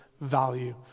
value